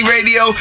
Radio